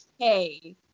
Okay